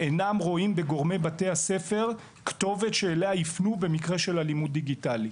אינם רואים בגורמי בתי הספר כתובת שאליה יפנו במקרה של אלימות דיגיטלית.